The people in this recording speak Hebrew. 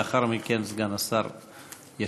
לאחר מכן סגן השר ישיב.